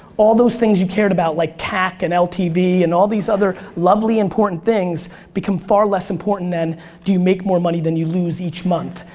all those things you cared about, like cac and ltv and all these other lovely, important things become far less important than do you make more money than you lose each month?